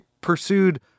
pursued